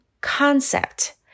concept